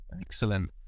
Excellent